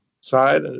side